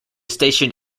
station